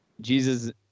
jesus